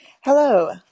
Hello